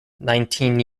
nineteen